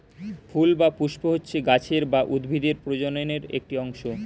ফুল বা পুস্প হচ্ছে গাছের বা উদ্ভিদের প্রজননের একটি অংশ